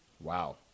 Wow